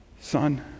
Son